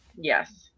Yes